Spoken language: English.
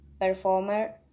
performer